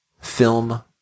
film